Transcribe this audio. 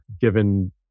given